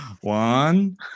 one